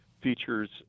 features